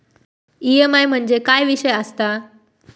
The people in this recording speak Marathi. ई.एम.आय म्हणजे काय विषय आसता?